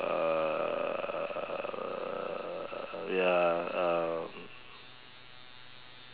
err ya um